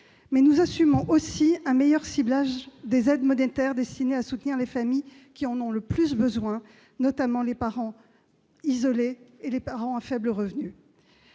Nous assumons aussi un meilleur ciblage des aides monétaires destinées à soutenir les familles qui en ont le plus besoin, notamment les parents isolés et les parents à faibles revenus.